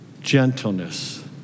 gentleness